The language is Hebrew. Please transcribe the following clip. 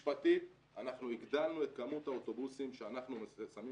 משפטית אנחנו הגדלנו את כמות האוטובוסים שאנחנו שמים